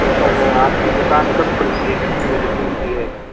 تو سر آپ کی دکان کب کھلتی ہے کتنے بجے کھلتی ہے